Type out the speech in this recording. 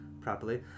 Properly